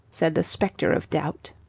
said the spectre of doubt.